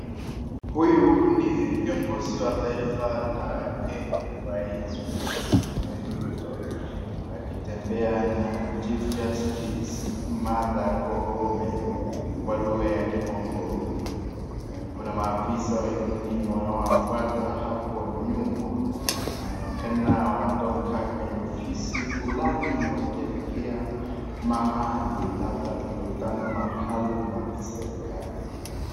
Huyu ndiye kiongozi wa taifa la Kenya Rais William Samoei Ruto akitembea na chief justice Martha Koome kwa lugha ya kimombo. Kuna maafisa wengine wanao wafuata hapo nyuma wanaonekana wametoka kwenye ofisi fulani wakielekea mahali labda mkutano maalum wakiserikali.